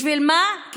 בשביל מה?